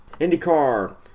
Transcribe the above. IndyCar